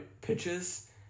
pitches